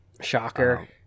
Shocker